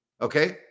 Okay